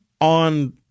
on